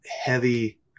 heavy